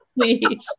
please